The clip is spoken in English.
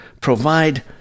provide